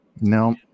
No